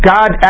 God